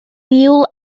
niwl